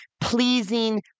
pleasing